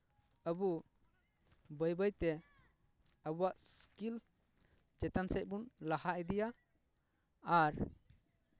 ᱟᱵᱚ ᱵᱟᱹᱭ ᱵᱟᱹᱭ ᱛᱮ ᱟᱵᱚᱣᱟᱜ ᱥᱠᱤᱞ ᱪᱮᱛᱟᱱ ᱥᱮᱫ ᱵᱚᱱ ᱞᱟᱦᱟ ᱤᱫᱤᱭᱟ ᱟᱨ